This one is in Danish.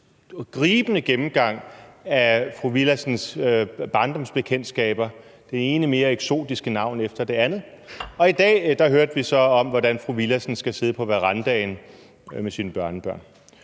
gribende gennemgang af fru Mai Villadsens barndomsbekendtskaber med det ene mere eksotiske navn end det andet, og i dag hørte vi så om, hvordan fru Mai Villadsen skal sidde på verandaen med sine børnebørn,